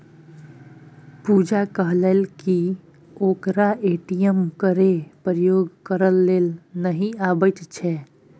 पुजा कहलकै कि ओकरा ए.टी.एम केर प्रयोग करय लेल नहि अबैत छै